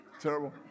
Terrible